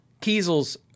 Kiesel's